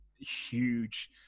huge